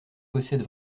possède